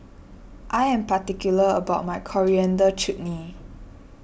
I am particular about my Coriander Chutney